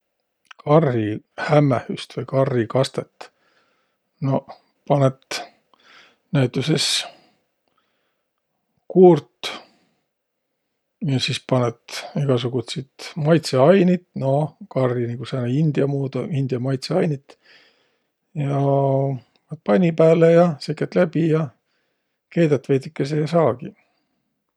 Karrihämmähüst vai karrikastõt, noq panõt näütüses kuurt ja sis panõt egäsugutsit maitsõainit. Nooh, karri nigu sääne india muudu, india maitsõainit ja panõt panni pääle ja sekät läbi ja keedät veidükese ja saagiq.